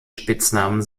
spitznamen